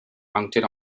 mounted